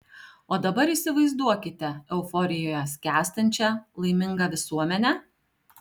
o dabar įsivaizduokite euforijoje skęstančią laimingą visuomenę